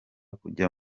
kujya